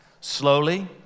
Slowly